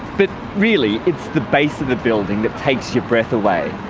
but really it's the base of the building that takes your breath away.